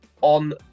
On